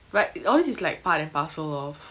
like all this is like part and parcel of